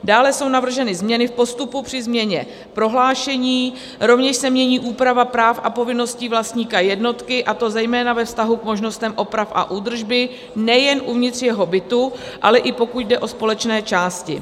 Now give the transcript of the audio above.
Dále jsou navrženy změny v postupu při změně prohlášení, rovněž se mění úprava práv a povinností vlastníka jednotky, a to zejména ve vztahu k možnostem oprav a údržby nejen uvnitř jeho bytu, ale i pokud jde o společné části.